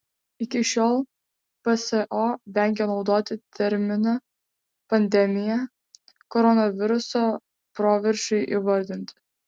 iki šiol pso vengė naudoti terminą pandemija koronaviruso proveržiui įvardinti